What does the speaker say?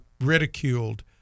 ridiculed